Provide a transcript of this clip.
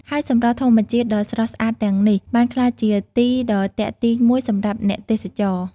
ហើយសម្រស់ធម្មជាតិដ៏ស្រស់ស្អាតទាំងនេះ បានក្លាយជាទីដ៏ទាក់ទាញមួយសម្រាប់អ្នកទេសចរ។